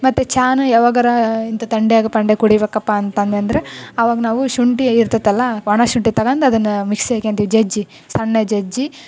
ಮತ್ತು ಚಹಾನೂ ಯಾವಗರಾ ಇಂಥ ಥಂಡ್ಯಾಗ್ ಪಂಡ್ಯಾಗ್ ಕುಡೀಬೇಕಪ್ಪಾ ಅಂತ ಅಂದೆನಂದ್ರೆ ಅವಾಗ ನಾವು ಶುಂಠಿ ಇರ್ತದಲ್ಲ ಒಣ ಶುಂಠಿ ತಗೊಂಡು ಅದನ್ನು ಮಿಕ್ಸಿಗೆ ಹಾಕೊಂತಿವಿ ಜಜ್ಜಿ ಸಣ್ಣ ಜಜ್ಜಿ